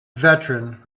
veteran